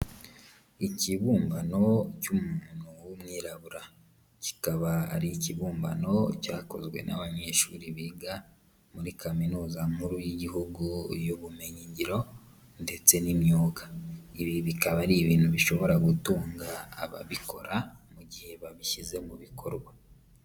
Ikibumbano cy'umuntu w'umwirabura, kikaba ari ikibumbano cyakozwe n'abanyeshuri biga muri Kaminuza nkuru y'Igihugu y'ubumenyingiro ndetse n'imyuga, ibi bikaba ari ibintu bishobora gutunga ababikora mu gihe babishyize mu bikorwa.